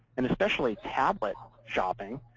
and especially tablet shopping,